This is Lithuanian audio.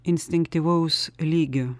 instinktyvaus lygio